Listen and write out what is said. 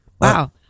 Wow